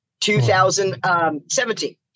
2017